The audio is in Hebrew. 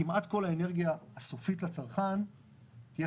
כמעט כל האנרגיה הסופית לצרכן תהיה